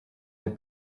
les